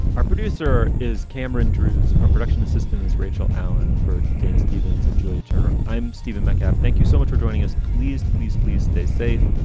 our producer is cameron drewes. our production assistant is rachel allen for dan stevens and julia turner. i'm stephen metcalf. thank you so much for joining us. please, please, please stay safe.